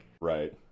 right